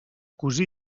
cosir